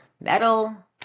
metal